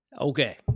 Okay